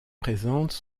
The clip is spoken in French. présentes